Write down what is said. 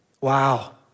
Wow